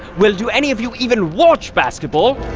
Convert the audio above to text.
well, do any of you even watch basketball!